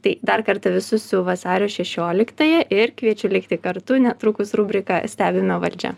tai dar kartą visus su vasario šešioliktąja ir kviečiu likti kartu netrukus rubrika stebime valdžią